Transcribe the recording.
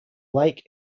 lake